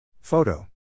Photo